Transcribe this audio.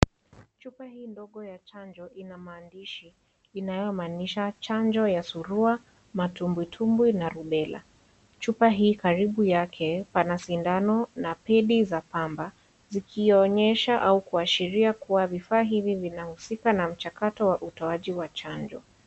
Chupa hii ndogo ya chanjo ina maandishi, inayomaanisha chanjo ya surua, matumbwitumbwi na rubela. Chupa hii karibu yake pana sindano na pedi za pamba, zikionyesha au kuashiria kuwa vifaa hivi vinahusika na mchakato wa utoaji wa chanjo.